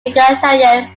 egalitarian